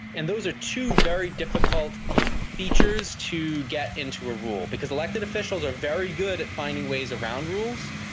and those are two very difficult features to get into a rule, because elected officials are very good at finding ways around rules,